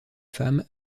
femmes